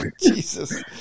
Jesus